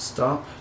Stop